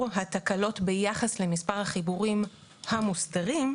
התקלות ביחס למספר החיבורים המוסדרים,